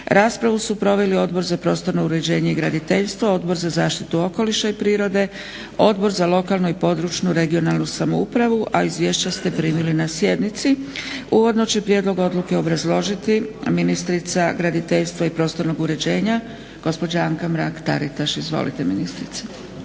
Raspravu su proveli Odbor za prostorno uređenje i graditeljstvo, Odbor za zaštitu okoliša i prirode, Odbor za lokalnu i područnu (regionalnu) samoupravu, a izvješća ste primili na sjednici. Uvodno će prijedlog odluke obrazložiti ministrica graditeljstva i prostornog uređenja gospođa Anka Mrak Taritaš. Izvolite ministrice.